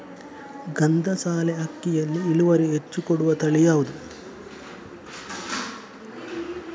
ಗಂಧಸಾಲೆ ಅಕ್ಕಿಯಲ್ಲಿ ಇಳುವರಿ ಹೆಚ್ಚು ಕೊಡುವ ತಳಿ ಯಾವುದು?